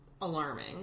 alarming